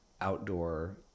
outdoor